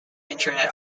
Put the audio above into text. internet